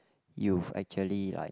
you've actually like